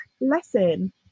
lesson